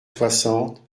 soixante